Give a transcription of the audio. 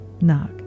knock